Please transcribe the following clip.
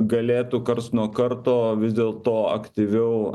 galėtų karts nuo karto vis dėl to aktyviau